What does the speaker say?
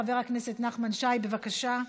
חבר הכנסת נחמן שי, בבקשה,